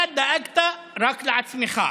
אתה דאגת רק לעצמך.